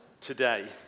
today